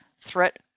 Threat